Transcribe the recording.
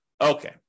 Okay